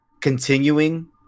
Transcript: continuing